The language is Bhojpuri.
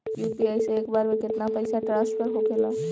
यू.पी.आई से एक बार मे केतना पैसा ट्रस्फर होखे ला?